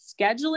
scheduling